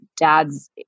dad's